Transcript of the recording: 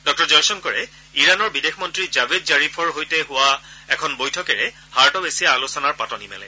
ডঃ জয়শংকৰে ইৰানৰ বিদেশ মন্ত্ৰী জাভেদ জাৰিফৰ সৈতে হোৱা এখন বৈঠকেৰে হাৰ্ট অব্ এছিয়া আলোচনাৰ পাতনি মেলে